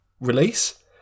release